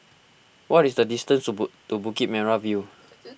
what is the distance subu to Bukit Merah View